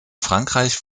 frankreich